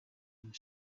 and